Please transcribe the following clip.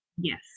Yes